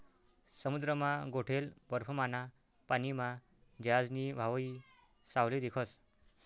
समुद्रमा गोठेल बर्फमाना पानीमा जहाजनी व्हावयी सावली दिखस